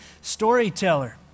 storyteller